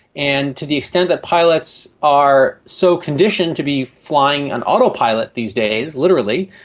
and to the extent that pilots are so conditioned to be flying on autopilot these days, literally,